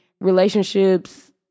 relationships